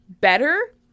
better